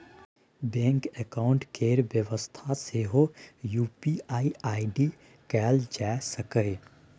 bank account केर बेबस्था सेहो यु.पी.आइ आइ.डी कएल जा सकैए